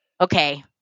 Okay